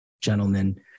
Gentlemen